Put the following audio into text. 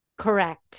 Correct